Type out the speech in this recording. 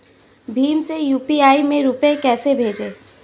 भीम से यू.पी.आई में रूपए कैसे भेजें?